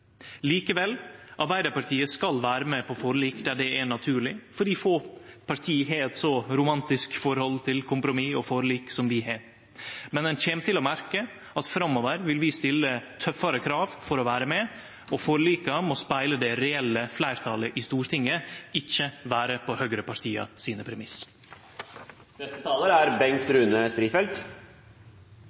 Likevel: Arbeidarpartiet skal vere med på forlik der det er naturleg, fordi få parti har eit så romantisk forhold til kompromiss og forlik som vi har. Men ein kjem til å merke at framover vil vi stille tøffare krav for å vere med, og forlika må speile det reelle fleirtalet i Stortinget, ikkje vere på høgrepartia sine